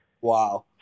Wow